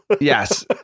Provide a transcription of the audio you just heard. Yes